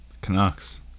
Canucks